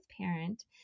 parent